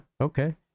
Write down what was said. Okay